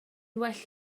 well